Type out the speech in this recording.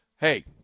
hey